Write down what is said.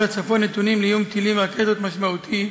הצפון יהיו נתונים לאיום טילים ורקטות משמעותי,